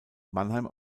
mannheim